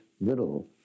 little